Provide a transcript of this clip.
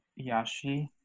Yashi